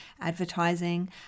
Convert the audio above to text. advertising